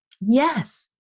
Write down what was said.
Yes